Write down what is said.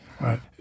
Right